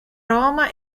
roma